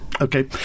Okay